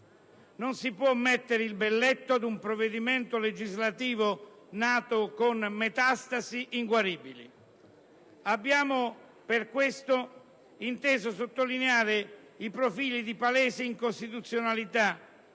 Non si può mettere il belletto a un provvedimento legislativo nato con metastasi inguaribili. Per questo motivo, abbiamo inteso sottolineare i profili di palese incostituzionalità,